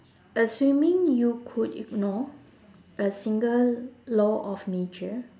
assuming you could ignore a single law of nature